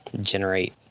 generate